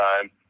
time